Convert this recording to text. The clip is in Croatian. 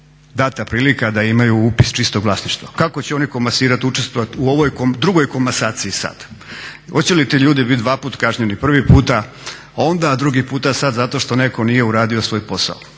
dana prilika da imaju upis čistog vlasništva. Kako će oni komasirati, učestvovati u ovoj drugoj komasaciji sad? Hoće li ti ljudi biti dvaput kažnjeni, prvi puta onda a drugi put sad zato što netko nije uradio svoj posao.